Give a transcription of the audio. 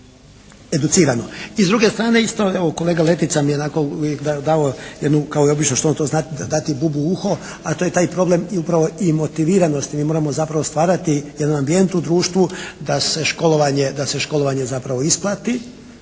I s druge strane isto, evo kolega Letica mi je onako uvijek davao jednu kao i obično što on to zna, dati bubu u uho, a to je taj problem upravo i motiviranosti. Mi moramo zapravo stvarati jedan ambijent u društvu da se školovanje, da se